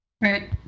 Right